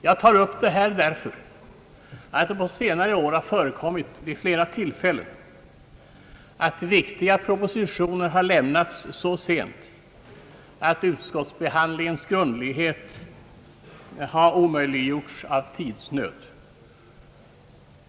Jag tar upp detta därför att det på senare år har förekommit vid flera tillfällen att viktiga propositioner har lämnats så sent, att utskottsbehandlingens grundlighet har omöjliggjorts av tidsnöd.